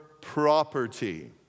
property